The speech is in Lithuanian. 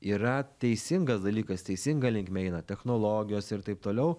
yra teisingas dalykas teisinga linkme eina technologijos ir taip toliau